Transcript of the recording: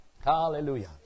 Hallelujah